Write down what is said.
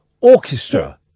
orchestra